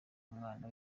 umwana